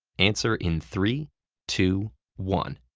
answer in three two one.